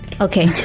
Okay